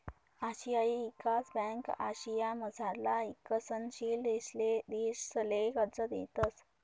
आशियाई ईकास ब्यांक आशियामझारला ईकसनशील देशसले कर्ज देतंस